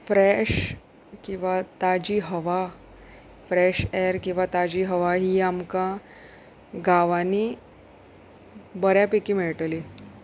fresh किंवां ताजी हवा फ्रेश एर किंवां ताजी हवा ही आमकां गांवांनी बऱ्या पैकी मेळटली